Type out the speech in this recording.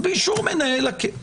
אז באישור מנהל הכלא.